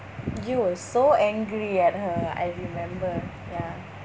you were so angry at her I remember ya